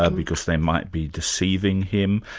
ah because they might be deceiving him.